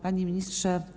Panie Ministrze!